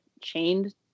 chained